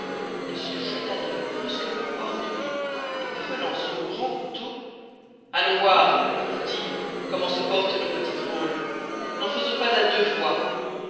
il se jetta donc brusquement hors du lit et prenant son grand couteau allons voir dit-il comment se portent nos petits drolles n'en faisons pas à deux fois